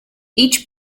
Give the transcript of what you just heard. each